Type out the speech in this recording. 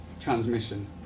transmission